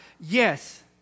Yes